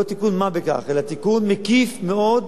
לא תיקון של מה בכך, אלא תיקון מקיף מאוד,